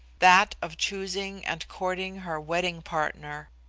that of choosing and courting her wedding partner.